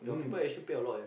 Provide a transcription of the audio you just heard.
mm